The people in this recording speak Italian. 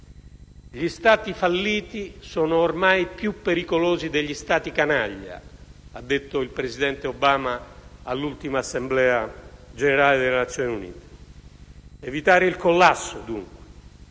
Gli «Stati falliti» sono ormai più pericolosi degli «Stati canaglia», ha detto il presidente Obama all'ultima Assemblea generale delle Nazioni Unite. Evitare il collasso, dunque,